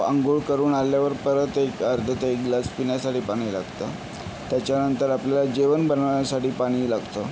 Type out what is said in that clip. आंघोळ करून आल्यावर परत एक अर्धा ते एक ग्लास पिण्यासाठी पाणी लागतं त्याच्यानंतर आपल्याला जेवण बनवण्यासाठी पाणी लागतं